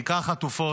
בעיקר חטופות,